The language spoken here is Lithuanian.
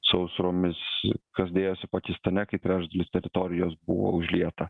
sausromis kas dėjosi pakistane kai trečdalis teritorijos buvo užlieta